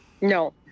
No